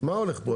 מה הולך פה?